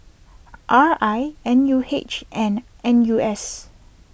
R I N U H and N U S